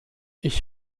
ich